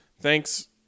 Thanks